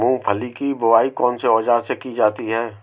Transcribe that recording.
मूंगफली की बुआई कौनसे औज़ार से की जाती है?